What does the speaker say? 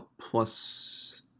plus